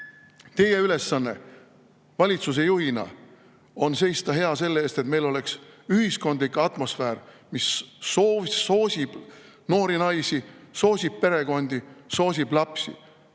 Teie ülesanne valitsuse juhina on seista hea selle eest, et meil oleks ühiskondlik atmosfäär, mis soosib noori naisi, soosib perekondi, soosib lapsi.